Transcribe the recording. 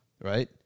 right